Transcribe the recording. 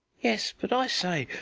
yes, but, i say,